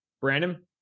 Brandon